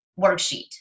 worksheet